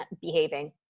behaving